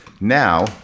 Now